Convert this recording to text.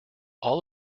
all